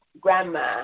grandma